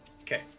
Okay